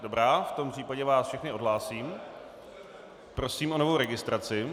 Dobrá, v tom případě vás všechny odhlásím a prosím o novou registraci.